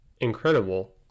incredible